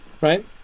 right